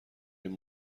این